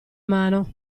mano